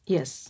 Yes